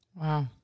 Wow